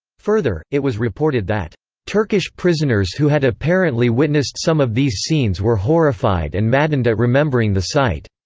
further, it was reported that turkish prisoners who had apparently witnessed some of these scenes were horrified and maddened at remembering the sight.